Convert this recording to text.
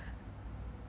好饿